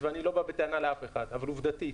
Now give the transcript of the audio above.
ואני לא בא בטענה לאף אחד אבל עובדתית,